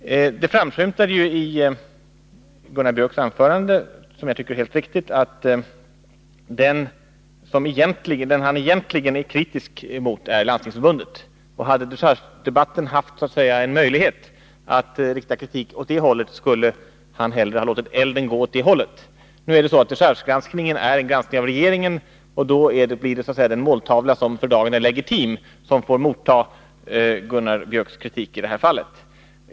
Det framskymtade i Gunnar Biörcks i Värmdö anförande — som jag tycker helt riktigt — att den instans han egentligen är kritisk emot är Landstingsförbundet, och hade dechargedebatten givit en möjlighet att rikta kritik mot det, så skulle han hellre ha låtit elden gå åt det hållet. Nu är dechargegransk ningen en granskning av regeringen, och då blir det den måltavla som för dagen är legitim som får motta Gunnar Biörcks kritik i det här fallet.